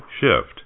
Shift